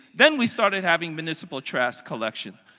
then we started having municipal trash collection.